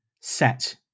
set